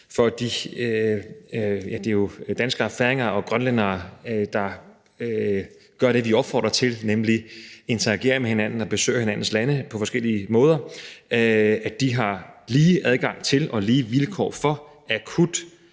for de danskere, færinger og grønlændere, der gør det, vi opfordrer til, nemlig interagerer med hinanden og besøger hinandens lande på forskellige måder, at de har lige adgang til og lige vilkår for akut